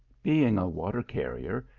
being a water-carrier,